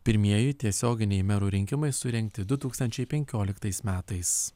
pirmieji tiesioginiai merų rinkimai surengti du tūkstančiai penkioliktais metais